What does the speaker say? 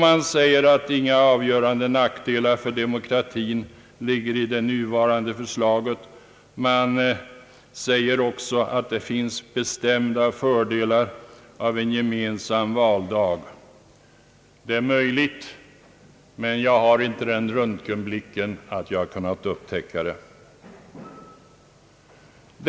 Man säger att inga avgörande nackdelar för demokratin ligger i det nuvarande förslaget. Man säger också att det finns bestämda fördelar med en gemensam valdag. Det är möjligt att så är fallet, men jag har inte en sådan röntgenblick att jag har kunnat upptäcka detta.